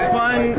fun